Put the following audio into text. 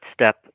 step